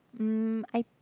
mm I